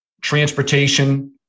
transportation